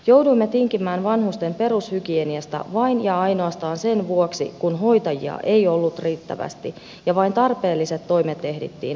jouduimme tinkimään vanhusten perushygieniasta vain ja ainoastaan sen vuoksi että hoitajia ei ollut riittävästi ja vain tarpeelliset toimet ehdittiin hoitamaan